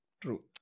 True